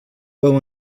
veu